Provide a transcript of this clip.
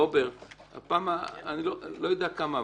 בפעם אני לא יודע כמה,